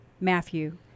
Matthew